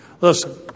Listen